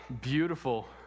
beautiful